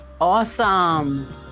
Awesome